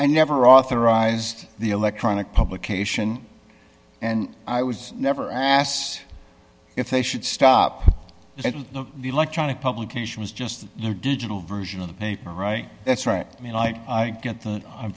i never authorized the electronic publication and i was never asked if they should stop the electronic publication is just the new digital version of the paper right that's right me like i get the i'm